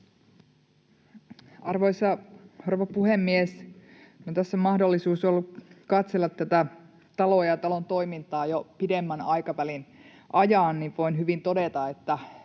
rouva puhemies! Kun on tässä ollut mahdollisuus katsella tätä taloa ja talon toimintaa jo pidemmän aikavälin ajan, niin voin hyvin todeta,